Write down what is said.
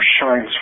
shines